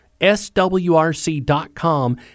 SWRC.com